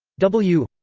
w?